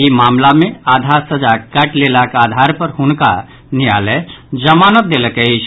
ई मामिला मे आधा सजा काटि लेलाक आधार पर हुनका न्यायालय जमानत देलक अछि